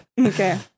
Okay